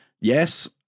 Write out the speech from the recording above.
Yes